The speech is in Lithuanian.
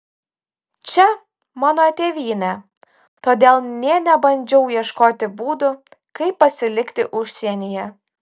čia mano tėvynė todėl nė nebandžiau ieškoti būdų kaip pasilikti užsienyje